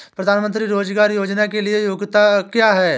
प्रधानमंत्री रोज़गार योजना के लिए योग्यता क्या है?